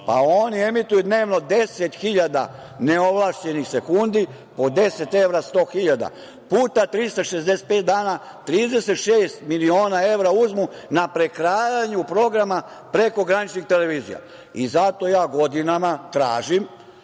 pa oni emituju 10.000 neovlašćenih sekundi. Po 10 evra, 100.000, puta 365 dana, 36 miliona evra uzmu na prekrajanju programa prekograničnih televizija. Mi smo njih trebali